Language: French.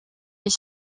est